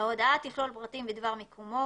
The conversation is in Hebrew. ההודעה תכלול פרטים בדבר מיקומו,